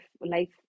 life